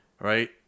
right